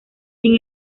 sin